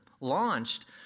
launched